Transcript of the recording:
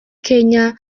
kenya